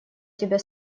тебя